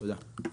תודה.